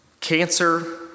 cancer